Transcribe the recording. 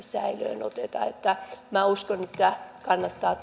säilöön oteta minä uskon että kannattaa